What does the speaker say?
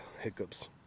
Hiccups